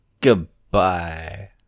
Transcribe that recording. goodbye